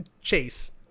Chase